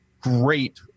great